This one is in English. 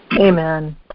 Amen